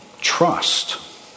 trust